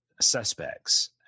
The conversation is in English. suspects